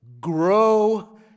Grow